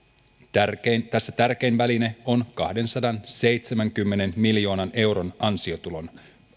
huolta tässä tärkein väline on kahdensadanseitsemänkymmenen miljoonan euron ansiotuloveron